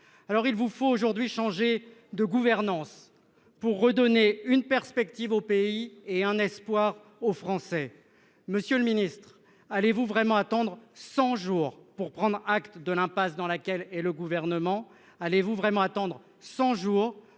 Alors il vous faut aujourd'hui changer de gouvernance pour redonner une perspective au pays est un espoir aux Français. Monsieur le Ministre, allez-vous vraiment attendre 100 jours pour prendre acte de l'impasse dans laquelle et le gouvernement. Allez-vous vraiment attendre 100 jours